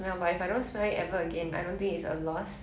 I don't smell it everyday anyway